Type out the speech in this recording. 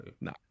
no